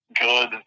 good